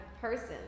person